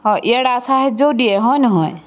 হয় ইয়াৰ ৰাজসাহাৰ্য্যও দিয়ে হয় নহয়